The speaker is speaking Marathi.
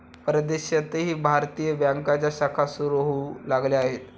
परदेशातही भारतीय बँकांच्या शाखा सुरू होऊ लागल्या आहेत